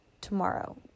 tomorrow